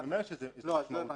אני אומר שזה משמעותי,